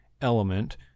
element